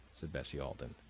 said bessie alden,